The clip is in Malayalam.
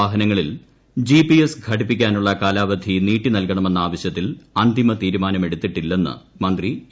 വാഹനങ്ങളിൽ ജിപിഎസ് ഘടിപ്പിക്കാനുള്ള കാലാവധി നീട്ടി നൽകണമെന്ന് ് ആവശ്യത്തിൽ അന്തിമ തീരുമാനമെടുത്തിട്ടില്ലെന്ന് മന്ത്രി എ